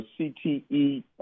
CTE